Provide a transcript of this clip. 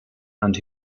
and